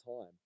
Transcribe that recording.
time